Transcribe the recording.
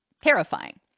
Terrifying